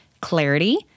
clarity